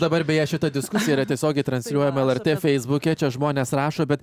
dabar beje šita diskusija yra tiesiogiai transliuojama lrt feisbuke čia žmonės rašo bet